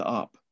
up